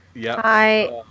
Hi